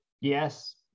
Yes